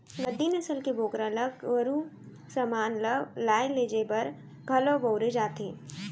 गद्दी नसल के बोकरा ल गरू समान ल लाय लेजे बर घलौ बउरे जाथे